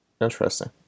Interesting